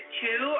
two